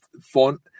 font